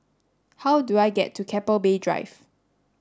how do I get to Keppel Bay Drive